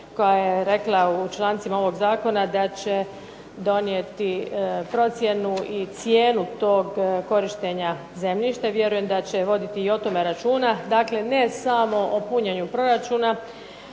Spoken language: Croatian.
koja je rekla u člancima ovog zakona da će donijeti procjenu i cijenu toga korištenja zemljišta. I vjerujem da će o tome voditi računa. Dakle, ne samo o punjenju proračuna